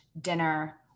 dinner